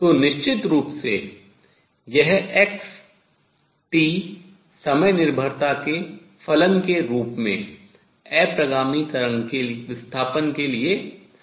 तो निश्चित रूप से यह x t समय निर्भरता के फलन के रूप में अप्रगामी तरंग के विस्थापन के लिए समीकरण है